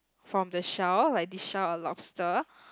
from the shell like this shell a lobster